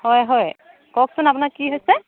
হয় হয় কওকচোন আপোনাৰ কি হৈছে